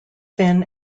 finn